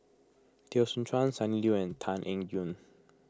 Teo Soon Chuan Sonny Liew and Tan Eng Yoon